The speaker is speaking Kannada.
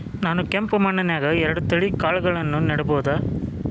ನಾನ್ ಕೆಂಪ್ ಮಣ್ಣನ್ಯಾಗ್ ಎರಡ್ ತಳಿ ಕಾಳ್ಗಳನ್ನು ನೆಡಬೋದ?